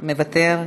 מוותר,